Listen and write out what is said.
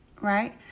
Right